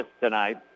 tonight